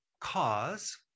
cause